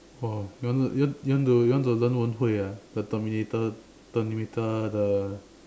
oh you want to you want you want to learn Wen Hui ah the Terminator Terminator the